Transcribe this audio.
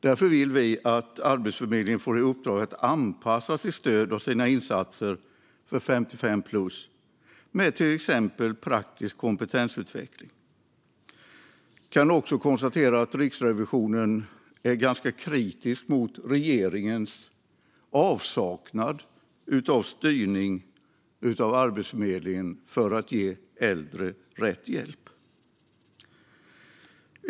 Därför vill vi att Arbetsförmedlingen får i uppdrag att anpassa sitt stöd och sina insatser för 55-plus med till exempel praktisk kompetensutveckling. Jag kan konstatera att Riksrevisionen är ganska kritisk till regeringens avsaknad av styrning av Arbetsförmedlingen för att ge äldre rätt hjälp.